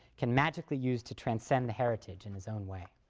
can magically use to transcend the heritage in his own way.